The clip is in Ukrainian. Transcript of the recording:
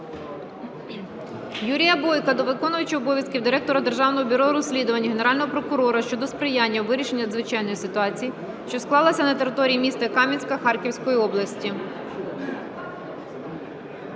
Юрія Бойка до виконувача обов'язків директора Державного бюро розслідувань, Генерального прокурора щодо сприяння у вирішенні надзвичайної ситуації, що склалася на території міста Куп'янська Харківської області.